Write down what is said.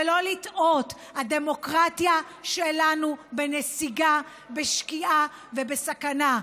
ולא לטעות, הדמוקרטיה שלנו בנסיגה, בשקיעה ובסכנה.